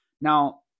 Now